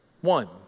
one